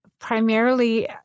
primarily